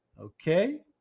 Okay